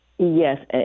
Yes